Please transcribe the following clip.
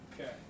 Okay